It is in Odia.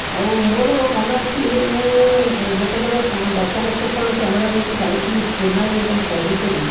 ଆଉ ମୋର ମନେ ଅଛି ମୁଁ ଯେତେବେଳେ ଦଶବର୍ଷ ତଳେ କ୍ୟାମେରା ନେଇକି ଯାଇଥିଲି ଚେନ୍ନାଇ ଏବଂ ପଣ୍ଡିଚେରୀ